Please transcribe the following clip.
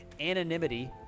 anonymity